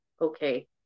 okay